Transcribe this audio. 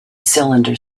cylinder